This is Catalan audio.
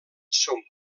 son